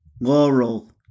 Laurel